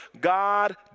God